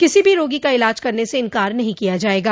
किसी भी रोगी का इलाज करने से इंकार नहीं किया जाएगा